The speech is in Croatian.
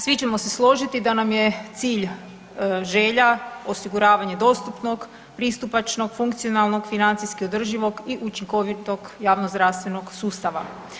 Svi ćemo se složiti da nam je cilj, želja, osiguravanje dostupnog, pristupačnog, funkcionalnog, financijski održivog i učinkovitog javnozdravstvenog sustava.